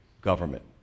government